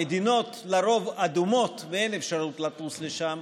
המדינות לרוב אדומות ואין אפשרות לטוס לשם,